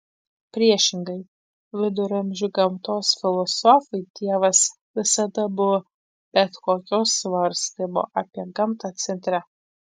priešingai viduramžių gamtos filosofui dievas visada buvo bet kokio svarstymo apie gamtą centre